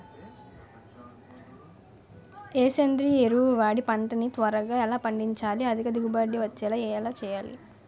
ఏ సేంద్రీయ ఎరువు వాడి పంట ని త్వరగా ఎలా పండించాలి? అధిక దిగుబడి వచ్చేలా ఎలా చూడాలి?